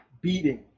beating